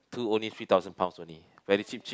two only three thousand pounds only very cheap cheap